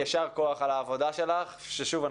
אני חייב להגיד יישר כוח על העבודה שלך שוב,